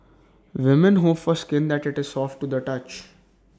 women hope for skin that is soft to the touch